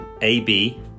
ab